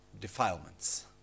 defilements